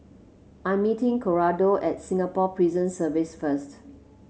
I'm meeting Cordaro at Singapore Prison Service first